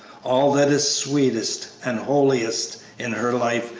all that is sweetest and holiest in her life,